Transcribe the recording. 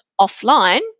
offline